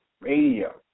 Radio